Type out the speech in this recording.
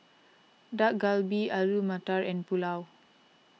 Dak Galbi Alu Matar and Pulao